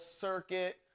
circuit